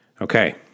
Okay